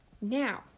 now